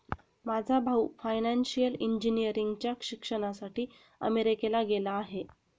माझा भाऊ फायनान्शियल इंजिनिअरिंगच्या शिक्षणासाठी अमेरिकेला गेला आहे